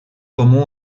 comú